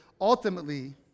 Ultimately